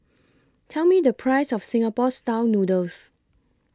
Tell Me The Price of Singapore Style Noodles